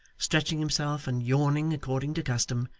stretching himself and yawning according to custom,